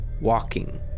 walking